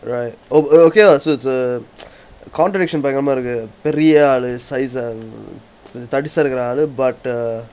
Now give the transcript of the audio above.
right oh oh okay lah so it's a counteraction பக்கமா இருக்கு பெரிய ஆளு:pakkama irukku periya aalu size ah தடிச்சிருக்குற ஆளு:thadichirukkkura aalu but uh